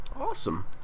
Awesome